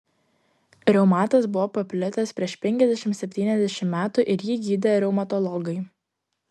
reumatas buvo paplitęs prieš penkiasdešimt septyniasdešimt metų ir jį gydė reumatologai